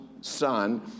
son